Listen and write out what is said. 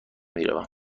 میروم